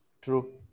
True